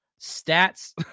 stats